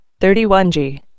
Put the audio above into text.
31G